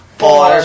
four